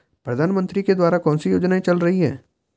प्रधानमंत्री के द्वारा कौनसी योजनाएँ चल रही हैं?